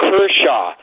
Kershaw